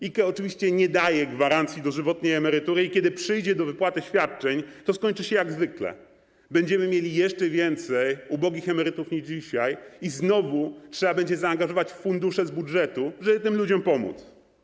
IKE oczywiście nie daje gwarancji dożywotniej emerytury i kiedy przyjdzie do wypłaty świadczeń, to skończy się jak zwykle: będziemy mieli jeszcze więcej ubogich emerytów niż dzisiaj i znowu trzeba będzie zaangażować fundusze z budżetu, żeby tym ludziom pomóc.